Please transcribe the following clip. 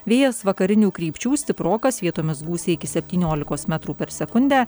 vėjas vakarinių krypčių stiprokas vietomis gūsiai iki septyniolikos metrų per sekundę